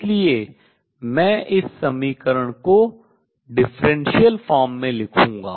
इसलिए मैं इस समीकरण को differential form अवकलनीय रूप में लिखूंगा